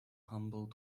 humble